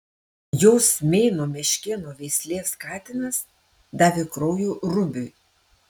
jos meino meškėno veislės katinas davė kraujo rubiui